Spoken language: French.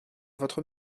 votre